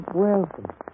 welcome